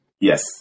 Yes